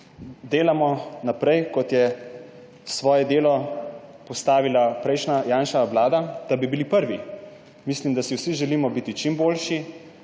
delamo naprej, kot je svoje delo postavila prejšnja Janševa vlada, da bi bili prvi. Mislim, da si vsi želimo biti čim boljši.